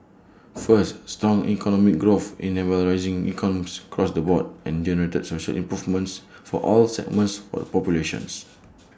first strong economic growth enabled rising incomes across the board and generated social improvements for all segments of the populations